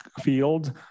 field